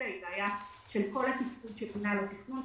זו בעיה של כל התפקוד של מינהל התכנון,